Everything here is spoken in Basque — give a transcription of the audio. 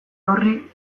horri